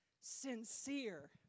sincere